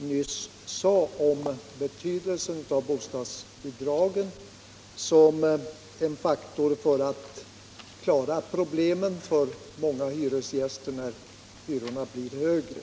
nyss sade om deras betydelse som en faktor för att klara problemen för många hyresgäster när hyrorna blir högre.